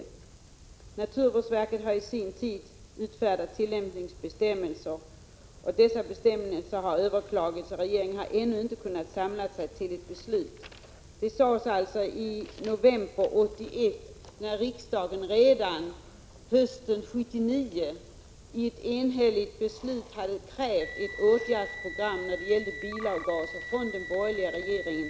Naturvårdsverket har i sin tur i maj 1981 utfärdat tillämpningsbestämmelser för bensindrivna bilar ———. Dessa bestämmelser har emellertid överklagats och regeringen har ännu inte kunnat samla sig till ett beslut.” Detta konstaterades i november 1981, efter att riksdagen redan hösten 1979 i ett enhälligt beslut hade krävt ett åtgärdsprogram när det gällde bilavgaser av den borgerliga regeringen.